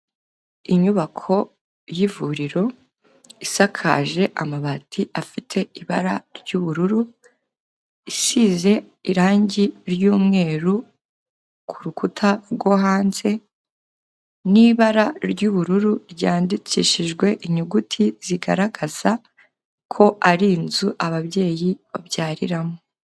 Inyubako y'ivuriro isakaje amabati afite ibara ry'ubururu, isize irange ry'umweru ku rukuta rwo hanze n'ibara ry'ubururu ryandikishijwe inyuguti zigaragaza ko ari inzu ababyeyi babyariramo.